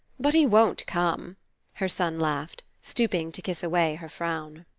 but he won't come her son laughed, stooping to kiss away her frown.